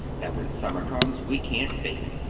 that when summer comes we can't fail.